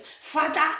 father